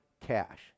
cash